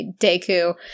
Deku